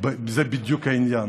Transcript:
זה בדיוק העניין.